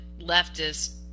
leftist